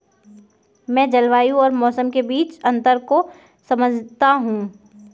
मैं जलवायु और मौसम के बीच अंतर को समझता हूं